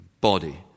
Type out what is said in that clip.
body